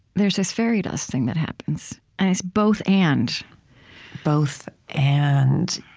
there's this fairy dust thing that happens. and it's both and both and,